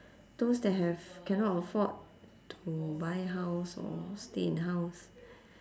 those that have cannot afford to buy house or stay in house